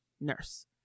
nurse